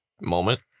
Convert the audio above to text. moment